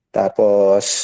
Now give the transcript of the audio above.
tapos